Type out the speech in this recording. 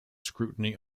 scrutiny